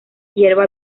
hierba